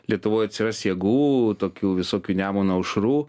lietuvoj atsiras jėgų tokių visokių nemuno aušrų